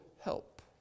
help